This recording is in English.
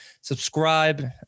subscribe